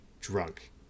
Drunk